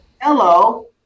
hello